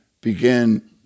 begin